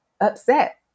upset